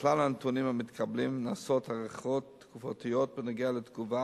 מכלל הנתונים המתקבלים נעשות הערכות תקופתיות בנוגע לתגובה